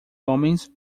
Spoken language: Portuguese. homens